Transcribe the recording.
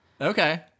Okay